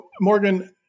Morgan